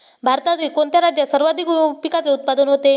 भारतातील कोणत्या राज्यात सर्वाधिक पिकाचे उत्पादन होते?